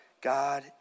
God